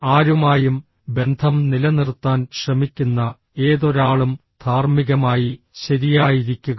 ആരുമായും ബന്ധം നിലനിർത്താൻ ശ്രമിക്കുന്ന ഏതൊരാളും ധാർമ്മികമായി ശരിയായിരിക്കുക